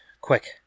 Quick